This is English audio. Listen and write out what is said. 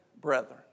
brethren